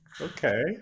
okay